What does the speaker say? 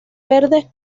verdes